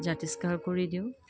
জাতিষ্কাৰ কৰি দিওঁ